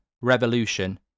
Revolution